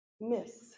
miss